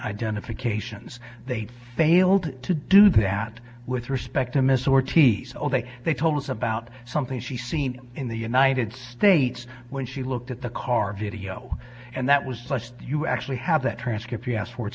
identifications they failed to do that with respect to miss ortiz or they they told us about something she seen in the united states when she looked at the car video and that was you actually have that transcript